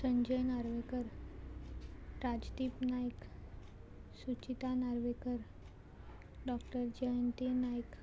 Sanjay Narvekar Rajdeep Naik Suchita Narvekar doctor Jayanti Naik